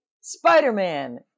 Spider-Man